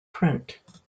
print